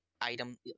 Item